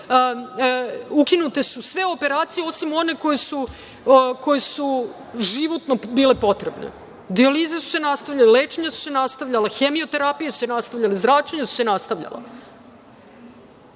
Ukinute su sve operacije osim onih koje su bile životno potrebne. Dijalize su se nastavljale, lečenja su se nastavljala, hemioterapije su se nastavljale, zračenja su se nastavljala. Ljudi